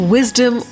Wisdom